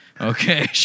Okay